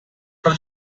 tra